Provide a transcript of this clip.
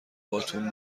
باتوم